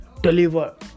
deliver